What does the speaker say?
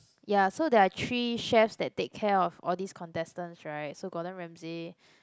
ya so there are three chefs that take care of all these contestants right so Gordon-Ramsey